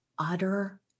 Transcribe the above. utter